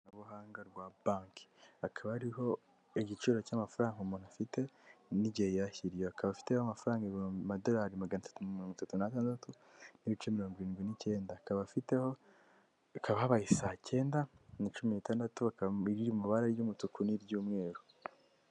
Ikorabuhanga rya banki akaba ariho igiciro cy'amafaranga umuntu afite n'igihe yashyiriye akaba afite amafaranga ibihumbi madolari magana mirongo itatu n'itandatu n'ibice mirongo irindwi n'icyenda akaba afiteho hakaba habaye saa cyenda na cumi n'itandatu ikaba iri mu ibara ry'umutuku n'iry'umweru.